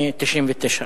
מ-1999.